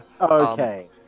Okay